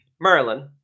Merlin